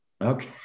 Okay